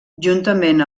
juntament